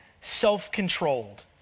self-controlled